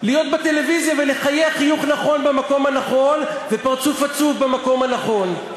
להיות בטלוויזיה ולחייך חיוך נכון במקום הנכון ופרצוף עצוב במקום הנכון.